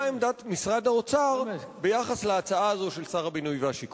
מה עמדת משרד האוצר ביחס להצעה הזאת של שר הבינוי והשיכון?